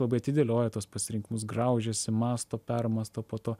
labai atidėlioja tuos pasirinkimus graužiasi mąsto permąsto po to